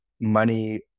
money